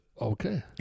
okay